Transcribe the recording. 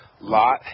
lot